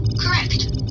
Correct